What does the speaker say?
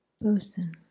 person